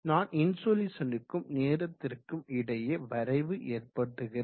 நான் இன்சொலுசனுக்கும் நேரத்திற்கும் இடையே வரைவு ஏற்படுத்துகிறேன்